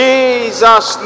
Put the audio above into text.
Jesus